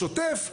השוטף,